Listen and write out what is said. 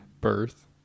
birth